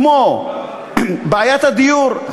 כמו בעיית הדיור.